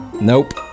Nope